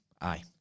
Aye